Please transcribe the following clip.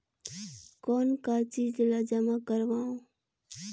कौन का चीज ला जमा करवाओ?